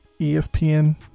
ESPN